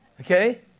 Okay